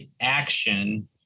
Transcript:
action